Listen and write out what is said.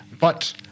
But-